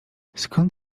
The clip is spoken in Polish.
skąd